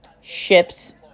ships